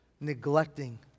neglecting